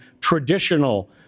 traditional